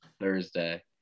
Thursday